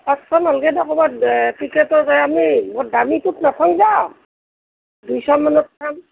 পাঁচশ নালগে দে ক'ৰবাত টিকেটত বৰ দামীটোত নাচাওঁ যাৱক দুইশ মানত চাম